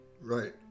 Right